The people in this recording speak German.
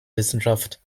wissenschaft